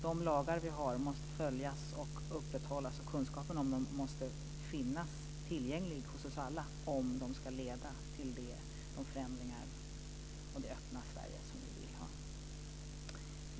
De lagar vi har måste följas och kunskapen om dem måste finnas tillgänglig hos oss alla, om de ska leda till de förändringar och det öppna Sverige vi vill ha.